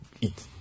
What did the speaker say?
eat